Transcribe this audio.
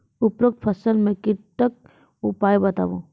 उपरोक्त फसल मे कीटक उपाय बताऊ?